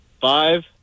five